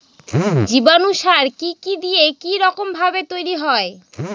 জীবাণু সার কি কি দিয়ে কি রকম ভাবে তৈরি হয়?